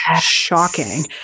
shocking